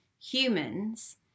humans